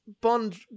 Bond